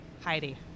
Heidi